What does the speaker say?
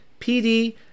PD